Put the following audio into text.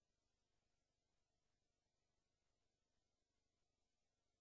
כן, אבל